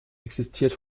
existiert